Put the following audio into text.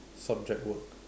subject work